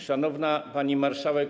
Szanowna Pani Marszałek!